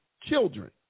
children